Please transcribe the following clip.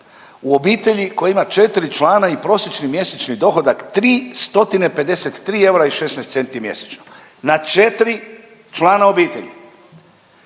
u obitelji koja ima 4 člana i prosječni mjesečni dohodak 353 eura i 16 centi mjesečno na 4 člana obitelji,